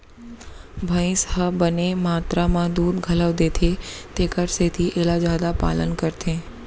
भईंस ह बने मातरा म दूद घलौ देथे तेकर सेती एला जादा पालन करथे